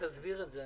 תסביר את זה.